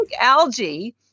algae